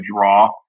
draw